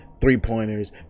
three-pointers